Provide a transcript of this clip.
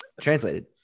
translated